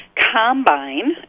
combine